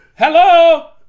Hello